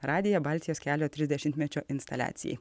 radiją baltijos kelio trisdešimmečio instaliacijai